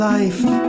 life